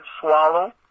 swallow